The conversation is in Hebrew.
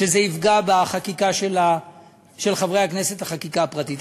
שזה יפגע בחקיקה של חברי הכנסת, החקיקה הפרטית.